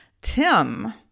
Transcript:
Tim